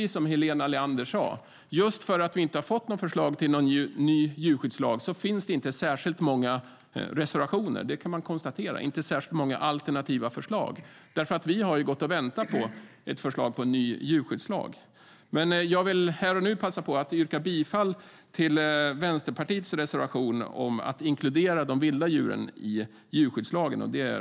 Som Helena Leander sade kan man konstatera att det inte finns särskilt många reservationer i detta betänkande, inte särskilt många alternativa förslag, just för att vi inte har fått något förslag till ny djurskyddslag, som vi gått och väntat på. Men jag vill här och nu passa på att yrka bifall till Vänsterpartiets reservation nr 1 om att inkludera de vilda djuren i djurskyddslagen.